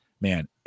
man